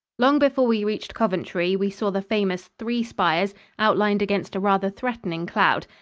long before we reached coventry, we saw the famous three spires outlined against a rather threatening cloud,